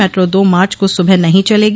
metro दो मार्च को सुबह नहीं चलेगी